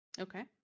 Okay